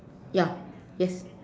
ya yes